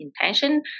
intention